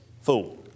fool